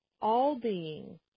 all-being